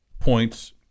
points